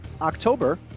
October